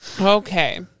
okay